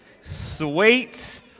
Sweet